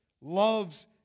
loves